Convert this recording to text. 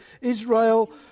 Israel